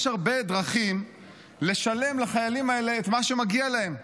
יש הרבה דרכים לשלם לחיילים האלה את מה שמגיע להם.